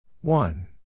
One